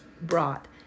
brought